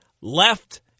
left